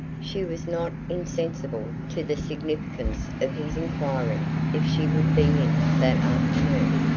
she was not insensible to the significance of his inquiry if she would be in that afternoon.